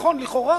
נכון, לכאורה